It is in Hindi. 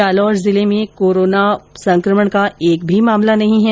जालोर जिले में कोरोना संक्रमण का एक भी मामला नहीं है